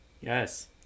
Yes